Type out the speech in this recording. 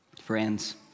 Friends